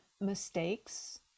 mistakes